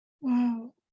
Wow